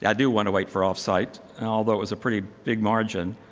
yeah do want to wait for off site, and although it was a pretty big margin.